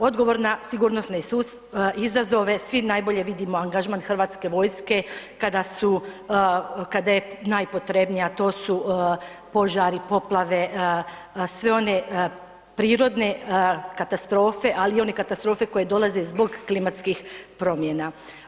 Odgovor na sigurnosne izazove svi najbolje vidimo angažman Hrvatske vojske kada su kada je najpotrebnija, a to su požari, poplave, sve one prirodne katastrofe, ali i one katastrofe koje dolaze zbog klimatskih promjena.